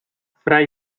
fray